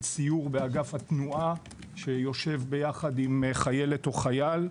מפקד סיור באגף התנועה שיושב יחד עם חייל או חיילת.